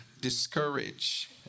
discourage